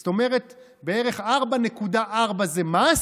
זאת אומרת בערך 4.4 זה מס,